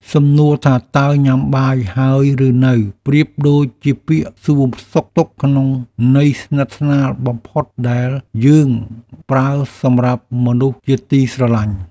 សំណួរថាតើញ៉ាំបាយហើយឬនៅប្រៀបដូចជាពាក្យសួរសុខទុក្ខក្នុងន័យស្និទ្ធស្នាលបំផុតដែលយើងប្រើសម្រាប់មនុស្សជាទីស្រឡាញ់។